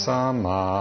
Sama